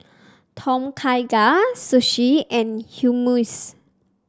Tom Kha Gai Sushi and Hummus